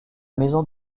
maison